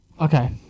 Okay